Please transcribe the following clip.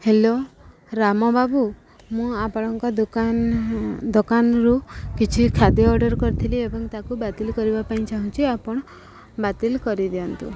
hello Ram Babu ମୁଁ ଆପଣଙ୍କ ଦୋକାନ ଦୋକାନରୁ କିଛି ଖାଦ୍ୟ ଅର୍ଡ଼ର୍ କରିଥିଲି ଏବଂ ତାକୁ ବାତିଲ କରିବା ପାଇଁ ଚାହୁଁଛି ଆପଣ ବାତିଲ କରିଦିଅନ୍ତୁ